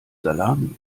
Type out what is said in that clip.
salami